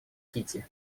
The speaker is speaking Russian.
кити